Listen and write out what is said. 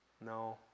No